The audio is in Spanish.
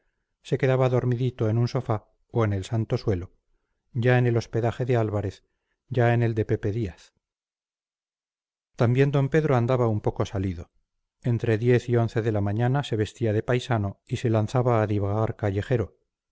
se quedaba dormidito en un sofá o en el santo suelo ya en el hospedaje de álvarez ya en el de pepe díaz también d pedro andaba un poco salido entre diez y once de la mañana se vestía de paisano y se lanzaba a divagar callejero